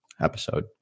episode